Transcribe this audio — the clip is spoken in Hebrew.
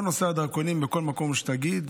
כל נושא הדרכונים, בכל מקום שתגיד,